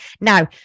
Now